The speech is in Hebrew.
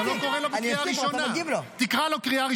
שלחת מילואימניקים לעזאזל, שקרן.